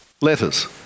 Letters